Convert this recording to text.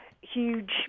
huge